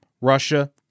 Russia